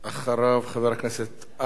אחריו, חבר הכנסת אייכלר,